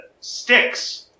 Sticks